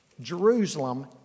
Jerusalem